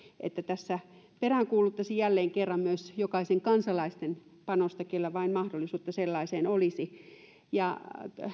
tässä peräänkuuluttaisin jälleen kerran myös jokaisen kansalaisen panosta kellä vaan mahdollisuutta sellaiseen olisi